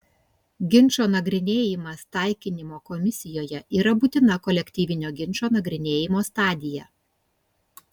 ginčo nagrinėjimas taikinimo komisijoje yra būtina kolektyvinio ginčo nagrinėjimo stadija